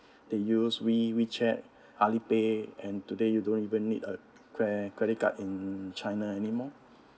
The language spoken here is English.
they use we~ wechat alipay and today you don't even need a cre~ credit card in china anymore